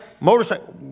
Motorcycle